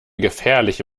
gefährliche